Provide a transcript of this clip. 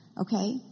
Okay